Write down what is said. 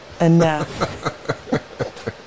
enough